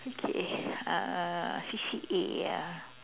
okay uh C_C_A ah